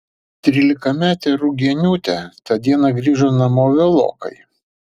trylikametė rugieniūtė tą dieną grįžo namo vėlokai